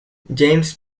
james